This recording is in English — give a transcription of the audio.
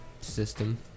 System